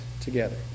together